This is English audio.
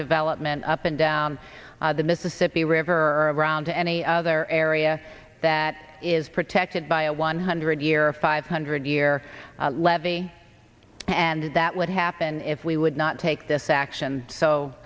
development up and down the mississippi river around any other area that is protected by a one hundred year five hundred year levee and that would happen if we would not take this action so